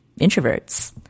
introverts